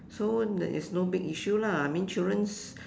so it's no big issue lah I mean children